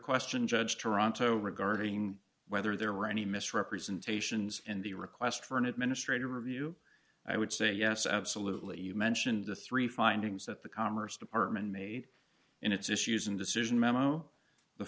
question judge toronto regarding whether there were any misrepresentations and the request for an administrative review i would say yes absolutely you mentioned the three findings that the commerce department made in its use in decision memo the